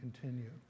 continue